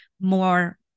more